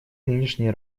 нынешней